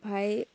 ओमफ्राय